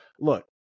look